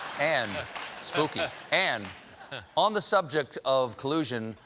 and spooky. and on the subject of collusion,